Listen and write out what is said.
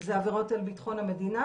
זה עבירות על בטחון המדינה,